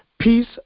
peace